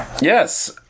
yes